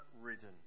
ridden